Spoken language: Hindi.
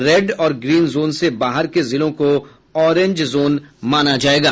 रेड और ग्रीन जोन से बाहर के जिलों को ऑरेंज जोन माना जाएगा